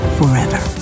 forever